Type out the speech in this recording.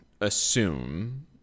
assume